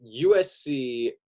USC